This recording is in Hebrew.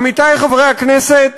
עמיתי חברי הכנסת,